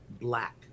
black